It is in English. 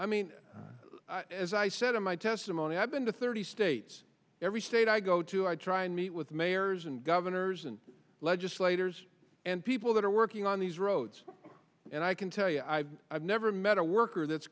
mean as i said in my testimony i've been to thirty states every state i go to i try and meet with mayors and governors and legislators and people that are working on these roads and i can tell you i've never met a worker that's